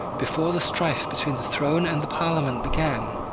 before the strife between the throne and the parliament began,